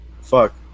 fuck